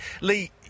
Lee